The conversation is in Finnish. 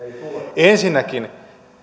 ensinnäkin